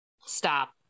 Stop